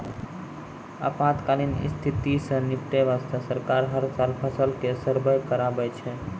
आपातकालीन स्थिति सॅ निपटै वास्तॅ सरकार हर साल फसल के सर्वें कराबै छै